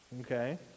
Okay